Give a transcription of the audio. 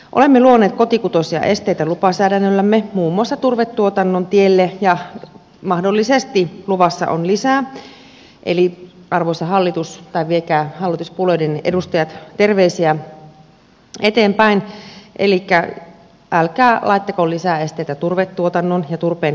olemme luoneet kotikutoisia esteitä lupasäädännöllämme muun muassa turvetuotannon tielle ja mahdollisesti luvassa on lisää eli arvoisa hallitus tai viekää hallituspuolueiden edustajat terveisiä eteenpäin älkää laittako lisää esteitä turvetuotannon ja turpeen käytön tielle